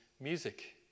music